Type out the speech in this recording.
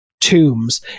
tombs